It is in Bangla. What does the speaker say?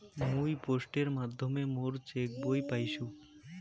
মুই পোস্টের মাধ্যমে মোর চেক বই পাইসু